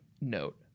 note